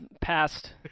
passed